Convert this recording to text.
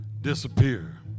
disappear